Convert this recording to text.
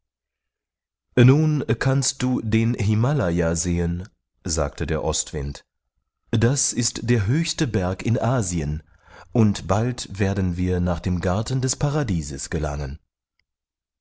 nun kannst du den himalaya sehen sagte der ostwind das ist der höchste berg in asien und bald werden wir nach dem garten des paradieses gelangen